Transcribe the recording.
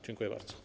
Dziękuję bardzo.